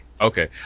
okay